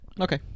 Okay